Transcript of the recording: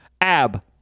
Ab